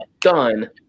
done